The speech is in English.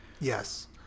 Yes